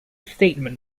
statement